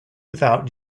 without